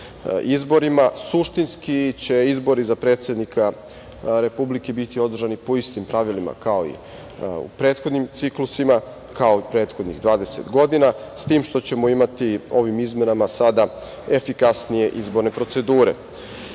izborima. Suštinski će izbori za predsednika Republike biti održani po istim pravilima kao i u prethodnim ciklusima, kao i prethodnih 20 godina, s tim što ćemo imati ovim izmenama sada efikasnije izborne procedure. Zbog